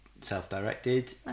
self-directed